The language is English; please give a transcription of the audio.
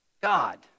God